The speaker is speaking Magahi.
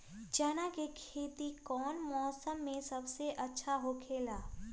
चाना के खेती कौन मौसम में सबसे अच्छा होखेला?